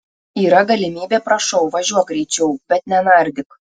yra galimybė prašau važiuok greičiau bet nenardyk